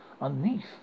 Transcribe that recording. Underneath